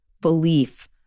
belief